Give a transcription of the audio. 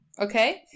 Okay